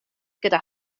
gyda